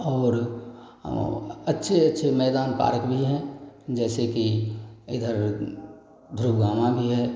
और अच्छे अच्छे मैदान पारक भी हैं जैसे कि इधर ध्रुवावां भी है